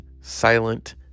silent